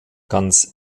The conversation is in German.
ganz